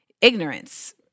ignorance